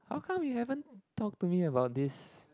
how come you haven't talk to me about this